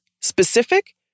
specific